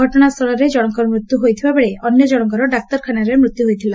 ଘଟଶାସ୍ଥଳରେ ଜଶଙ୍କର ମୃତ୍ଧୁ ହୋଇଥିବା ବେଳେ ଅନ୍ୟ ଜଣଙ୍କର ଡାକ୍ତରଖାନାରେ ମୃତ୍ୟୁ ହୋଇଥିଲା